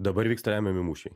dabar vyksta lemiami mūšiai